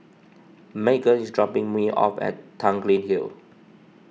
Meaghan is dropping me off at Tanglin Hill